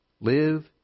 live